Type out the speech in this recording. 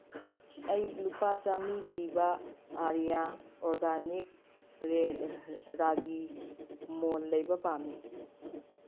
ꯑꯩ ꯂꯨꯄꯥ ꯆꯥꯝꯃꯔꯤ ꯄꯤꯕ ꯑꯥꯔꯤꯌꯥ ꯑꯣꯔꯒꯥꯅꯤꯛ ꯔꯥꯒꯤ ꯃꯣꯜ ꯂꯩꯕ ꯄꯥꯝꯃꯤ